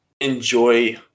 enjoy